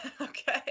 Okay